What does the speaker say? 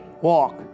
walk